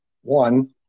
One